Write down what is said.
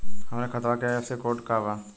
हमरे खतवा के आई.एफ.एस.सी कोड का बा?